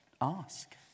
ask